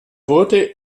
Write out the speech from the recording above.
wurde